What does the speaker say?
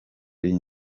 y’iyi